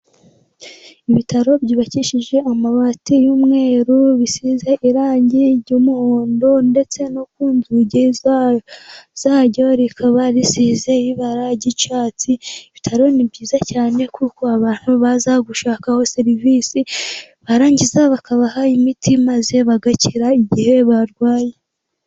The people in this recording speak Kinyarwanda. Ibitaro byubakishije amabati y'umweru bisize irangi ry'umuhondo ndetse no ku nzugi zaryo rikaba risize ibara ry'icyatsi, ibitaro ni byiza cyane kuko abantu baza gushakaho serivisi , barangiza bakabaha imiti maze bagakira, igihe barwaye